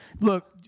look